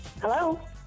Hello